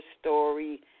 story